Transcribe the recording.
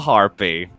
Harpy